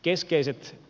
keskeiset